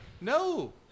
No